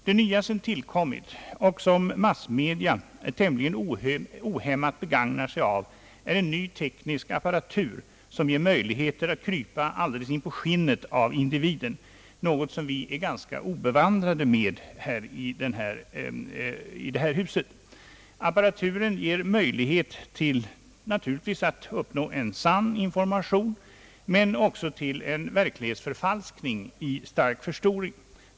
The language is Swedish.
Det nya som tillkommit och som massmedia tämligen ohämmat begagnar sig av är en ny teknisk apparatur, som ger möjligheter att krypa alldeles in på skinnet av individen, något som vi är ganska obevandrade med i detta hus. Apparaturen ger möjlighet, naturligtvis, att uppnå en sann information, men också till en verklighetsförfalskning i stark förstoring.